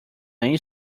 main